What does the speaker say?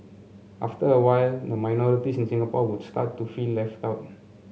after a while the minorities in Singapore would start to feel left out